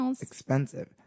expensive